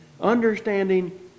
understanding